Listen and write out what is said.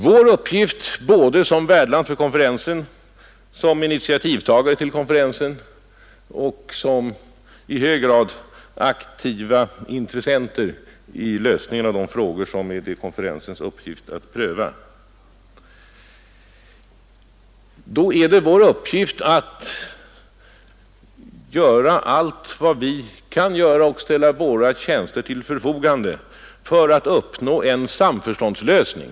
Vår uppgift som värdland för konferensen, som initiativtagare till konferensen och som i hög grad aktiva intressenter i lösningen av de frågor som det är konferensens uppgift att pröva är att göra allt vi kan och ställa våra tjänster till förfogande för att uppnå en samförståndslösning.